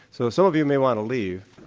so some of you may want to leave.